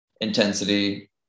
intensity